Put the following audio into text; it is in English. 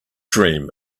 dream